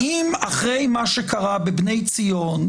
האם אחרי מה שקרה בבני ציון,